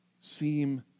seem